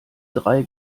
drei